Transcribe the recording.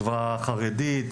חברה חרדית,